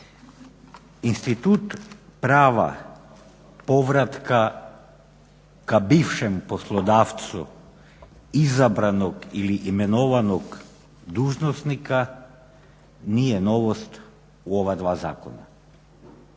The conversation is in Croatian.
Institut prava povratka ka bivšem poslodavcu izabranom ili imenovanog dužnosnika nije novost u ova dva zakona.